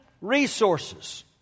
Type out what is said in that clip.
resources